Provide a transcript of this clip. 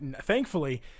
thankfully